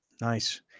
Nice